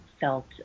felt